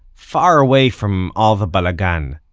far away from all the balagan.